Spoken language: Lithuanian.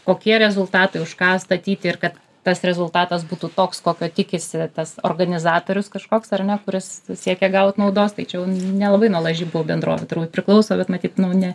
kokie rezultatai už ką statyti ir kad tas rezultatas būtų toks kokio tikisi tas organizatorius kažkoks ar ne kuris siekia gaut naudos tai čia jau nelabai nuo lažybų bendrovių turbūt priklauso bet matyt nu ne